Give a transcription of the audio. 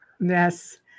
yes